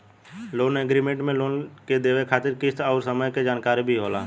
loan agreement में loan के देवे खातिर किस्त अउर समय के जानकारी भी होला